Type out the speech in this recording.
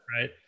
right